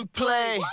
play